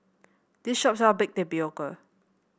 this shop sell Baked Tapioca